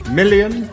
million